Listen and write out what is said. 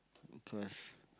cause